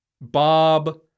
Bob